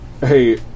Hey